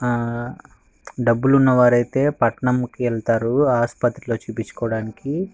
ఆ డబ్బులున్న వారైతే పట్టణముకి వెళ్తారు ఆసుపత్రిలో చూపించుకోవడానికి